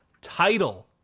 title